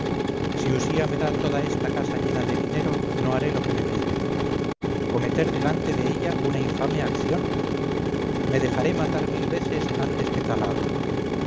si usía me da toda esta casa llena de dinero no haré lo que me pide cometer delante de ella una infame acción me dejaré matar mil veces antes que tal haga